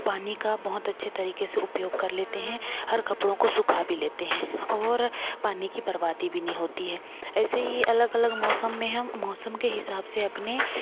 पानी का बहुत अच्छे तरीके से उपयोग कर लेते हैं हर कपड़ों को सूखा भी लेते हैं और पानी की बर्बादी भी नहीं होती है ऐसे ही अलग अलग मौसम में हम मौसम के हिसाब से अपने